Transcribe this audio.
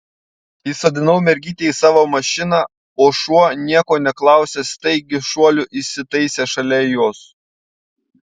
įsodinau mergytę į savo mašiną o šuo nieko neklausęs staigiu šuoliu įsitaisė šalia jos